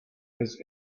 his